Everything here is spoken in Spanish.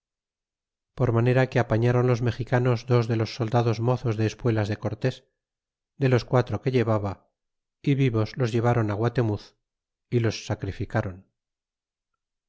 por manera que apaftáron los mexicanos dos de los soldados mozos de espuelas de córtes de los quatro que llevaba y vivos los llevron guatemuz é los sacrificron